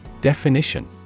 Definition